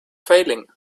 failing